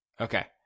Okay